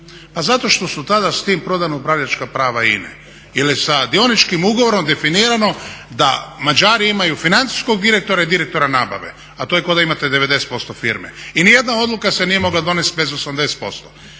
Pa zato što su tada s tim prodana upravljačka prava INA-e. Jer je sa dioničkim ugovorom definirano da Mađari imaju financijskog direktora i direktora nabave, a to je kao da imate 90% firme. I nijedna odluka se nije mogla donijeti bez 80%.